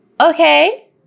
Okay